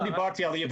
לא דיברתי על ייבוא.